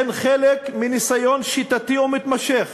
הן חלק מניסיון שיטתי ומתמשך